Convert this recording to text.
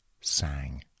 sang